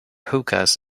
hookahs